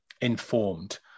informed